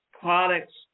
products